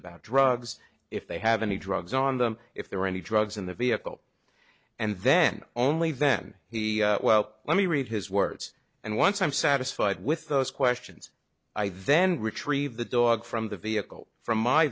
about drugs if they have any drugs on them if there were any drugs in the vehicle and then only then he well let me read his words and once i'm satisfied with those questions i then retrieve the dog from the vehicle from my